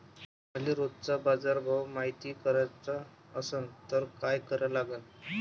मले रोजचा बाजारभव मायती कराचा असन त काय करा लागन?